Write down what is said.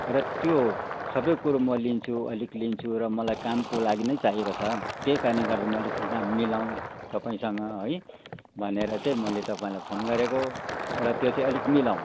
र त्यो सबै कुरो म लिन्छु अलिक लिन्छु र मलाई कामको लागि नै चाहिएको छ त्यही कारणले गर्दामा अलिक दाम मिलाउँ तपाईँसँग है भनेर चाहिँ मैले तपाईँलाई फोन गरेको र त्यो चाहिँ अलिक मिलाउँ